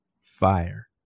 Fire